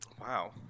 Wow